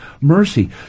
mercy